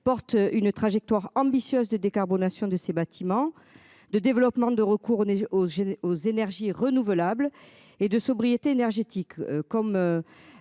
porte une trajectoire ambitieuse de décarbonation de ces bâtiments, de développement de recours aux jets aux énergies renouvelables et de sobriété énergétique